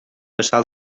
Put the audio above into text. passar